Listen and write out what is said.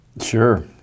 Sure